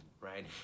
right